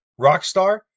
rockstar